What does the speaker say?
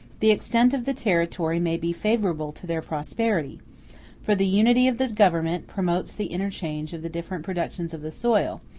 the extent of the territory may be favorable to their prosperity for the unity of the government promotes the interchange of the different productions of the soil,